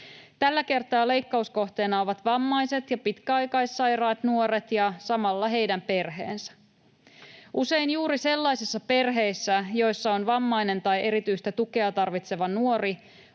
Tällä kertaa leikkauskohteena ovat vammaiset ja pitkäaikaissairaat nuoret ja samalla heidän perheensä. Usein juuri sellaisissa perheissä, joissa on vammainen tai erityistä tukea tarvitseva nuori,